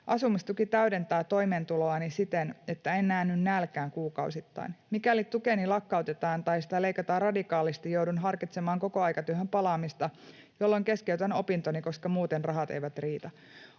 Asumistuki täydentää toimeentuloani siten, että en näänny nälkään kuukausittain. Mikäli tukeni lakkautetaan tai sitä leikataan radikaalisti, joudun harkitsemaan kokoaikatyöhön palaamista, jolloin keskeytän opintoni, koska muuten rahat eivät riitä.